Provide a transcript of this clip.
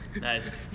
Nice